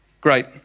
great